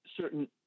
certain